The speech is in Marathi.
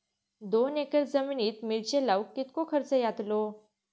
दोन एकर जमिनीत मिरचे लाऊक कितको खर्च यातलो?